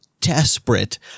desperate